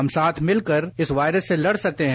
हम साथ हम साथ मिलकर इस वायरस से लड़ सकते हैं